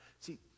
See